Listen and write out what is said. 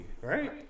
right